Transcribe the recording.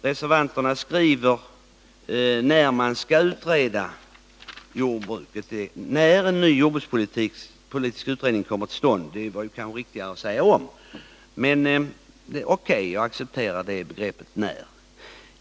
Reservanterna skriver: ”-—-- när en ny jordbrukspolitisk utredning kommer till stånd.” Det hade varit riktigare att skriva ”om”, men jag accepterar ordet ”när”.